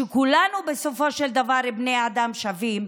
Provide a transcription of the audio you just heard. שכולנו בסופו של דבר בני אדם שווים,